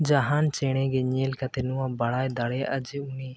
ᱡᱟᱦᱟᱱ ᱪᱮᱬᱮᱜᱮ ᱧᱮᱞ ᱠᱟᱛᱮᱫ ᱱᱚᱣᱟ ᱵᱟᱲᱟᱭ ᱫᱟᱲᱮᱭᱟᱜᱼᱟ ᱡᱮ ᱩᱱᱤ